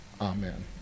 Amen